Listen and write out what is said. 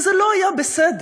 וזה לא היה בסדר.